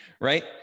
right